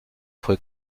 fue